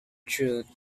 truth